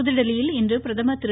புதுதில்லியில் இன்று பிரதமர் திரு